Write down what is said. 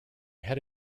head